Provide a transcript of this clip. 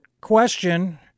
question